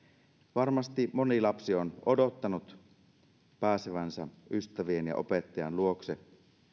varmasti moni lapsi on odottanut pääsevänsä ystävien ja opettajan luokse